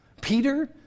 Peter